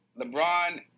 LeBron